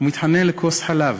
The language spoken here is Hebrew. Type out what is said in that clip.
הוא מתחנן לכוס חלב,